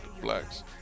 blacks